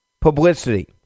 publicity